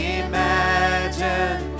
imagine